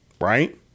right